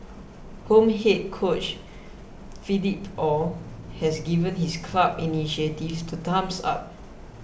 home head coach Philippe Ow has given his club's initiative the thumbs up